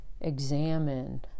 examine